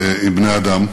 עם בני-אדם.